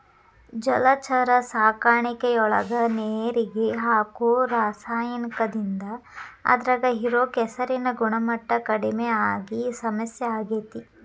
ಜಲಚರ ಸಾಕಾಣಿಕೆಯೊಳಗ ನೇರಿಗೆ ಹಾಕೋ ರಾಸಾಯನಿಕದಿಂದ ಅದ್ರಾಗ ಇರೋ ಕೆಸರಿನ ಗುಣಮಟ್ಟ ಕಡಿಮಿ ಆಗಿ ಸಮಸ್ಯೆ ಆಗ್ತೇತಿ